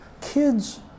kids